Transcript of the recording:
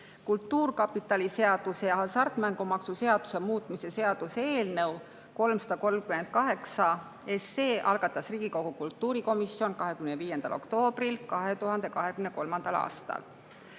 Kultuurkapitali seaduse ja hasartmängumaksu seaduse muutmise seaduse eelnõu 338 algatas Riigikogu kultuurikomisjon 25. oktoobril 2023. aastal.